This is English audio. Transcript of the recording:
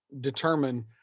determine